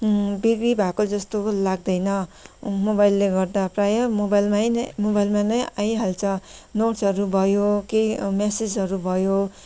बिक्री भएको जस्तो लाग्दैन मोबाइलले गर्दा प्राय मोबाइमा नै आइहाल्छ नोट्सहरू भयो केही म्यासेजहरू भयो